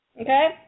Okay